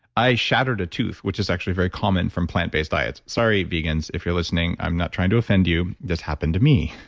i shattered a tooth, which is actually very common from plant-based diets. sorry, vegans, if you're listening. i'm not trying to offend you. this happened to me.